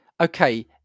okay